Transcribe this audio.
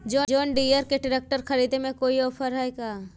जोन Deere के tractor खरिदे में कोई औफर है का?